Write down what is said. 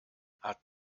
hat